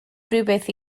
rywbeth